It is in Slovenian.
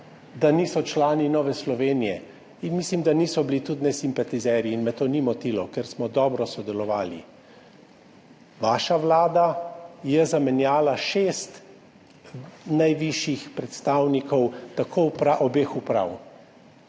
da niso člani Nove Slovenije, in mislim, da niso bili tudi ne simpatizerji, in me to ni motilo, ker smo dobro sodelovali. Vaša vlada je zamenjala šest najvišjih predstavnikov obeh uprav.